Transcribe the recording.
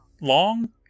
Long